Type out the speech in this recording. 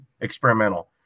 experimental